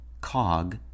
cog